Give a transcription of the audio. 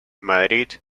madrid